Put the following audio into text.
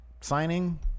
signing